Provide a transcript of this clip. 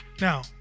Now